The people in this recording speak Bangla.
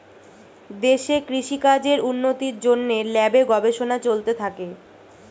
দেশে কৃষি কাজের উন্নতির জন্যে ল্যাবে গবেষণা চলতে থাকে